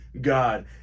God